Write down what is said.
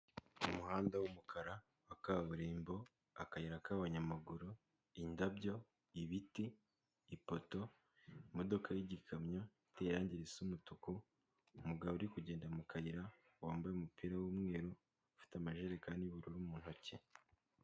Umuhanda w'umukara wa kaburimbo, akayira k'abanyamaguru, indabyo, ibiti, ipoto, imodoka y'igikamyo iteye irangi risa umutuku, umugabo uri kugenda mu kayira wambaye umupira w'umweru, ufite amajerekani y'ubururu mu ntoki...